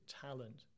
talent